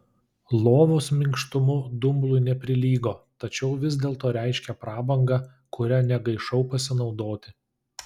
lovos minkštumu dumblui neprilygo tačiau vis dėlto reiškė prabangą kuria negaišau pasinaudoti